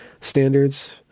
standards